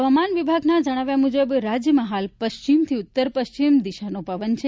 હવામાન વિભાગે જણાવ્યા મુજબ રાજયમાં હાલ પશ્ચિમથી ઉત્તર પશ્ચિમ દિશાનો પવન છે